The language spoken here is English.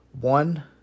one